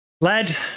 Lad